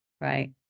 right